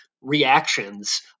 Reactions